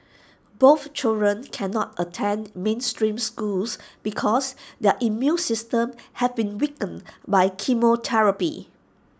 both children cannot attend mainstream schools because their immune systems have been weakened by chemotherapy